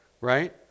right